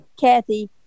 Kathy